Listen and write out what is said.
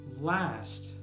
last